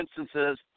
instances